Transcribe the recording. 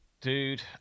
dude